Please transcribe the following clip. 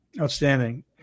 Outstanding